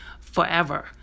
forever